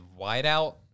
Whiteout